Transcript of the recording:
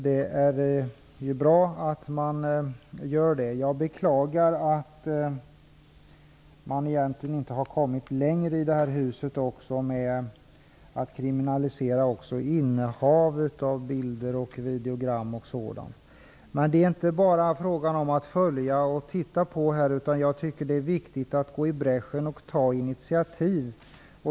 Det är bra att man gör det. Jag beklagar att man egentligen inte har kommit längre i det här huset när det gäller att kriminalisera innehav av bilder, videogram, o.dyl. Men det är inte bara frågan om att följa upp och titta på det här. Det är viktigt att gå i bräschen och ta initiativ.